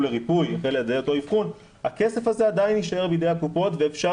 לריפוי על ידי אותו אבחון הכסף הזה עדיין יישאר בידי הקופות ואפשר